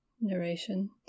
narration